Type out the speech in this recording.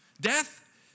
death